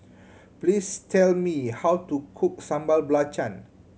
please tell me how to cook Sambal Belacan